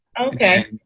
Okay